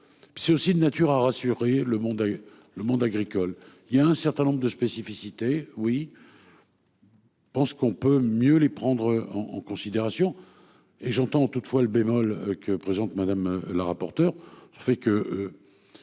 C'est aussi de nature à rassurer le monde, le monde agricole, il y a un certain nombre de spécificités. Oui. Je pense qu'on peut mieux les prendre en considération et j'entends toutefois le bémol que présente Madame la rapporteure